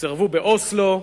סירבו באוסלו,